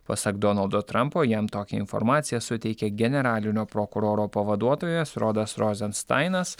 pasak donaldo trampo jam tokią informaciją suteikė generalinio prokuroro pavaduotojas rodas rozenstainas